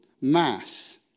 mass